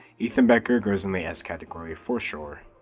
ethan becker goes in the s category for sure.